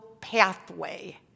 pathway